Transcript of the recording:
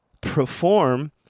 perform